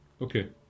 Okay